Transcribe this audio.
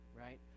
Right